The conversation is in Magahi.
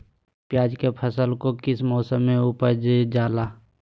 प्याज के फसल को किस मौसम में उपजल जाला?